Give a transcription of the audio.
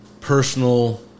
personal